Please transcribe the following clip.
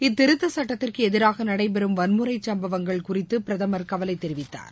இத்திருத்த சுட்டத்திற்கு எதிராக நடைபெறும் வன்முறை சம்பவங்கள் குறித்து பிரதமர் கவலை தெரிவித்தார்